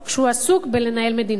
כשהוא עסוק בלנהל מדינה.